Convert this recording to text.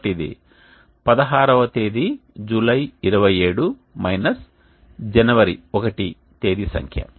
కాబట్టి ఇది 16 వ తేదీ జూలై 27 మైనస్ జనవరి 1 తేదీ సంఖ్య